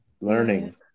learning